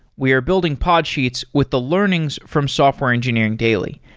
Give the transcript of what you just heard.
we are building podsheets with the learnings from software engineering daily,